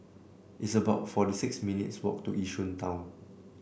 it's about forty six minutes walk to Yishun Town